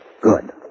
Good